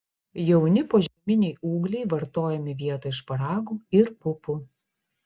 jauni požeminiai ūgliai vartojami vietoj šparagų ir pupų